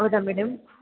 ಹೌದಾ ಮೇಡಮ್